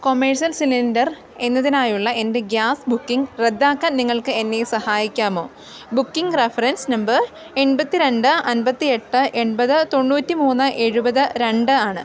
commercial cylinder എന്നതിനായുള്ള എൻ്റെ gas booking റദ്ദാക്കാൻ നിങ്ങൾക്ക് എന്നെ സഹായിക്കാമോ ബുക്കിംഗ് റഫറൻസ് നമ്പർ എൺപത്തിരണ്ട് അൻപത്തിഎട്ട് എൺപത് തൊണ്ണൂറ്റിമൂന്ന് എഴുപത് രണ്ട് ആണ്